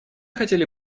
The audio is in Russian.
хотели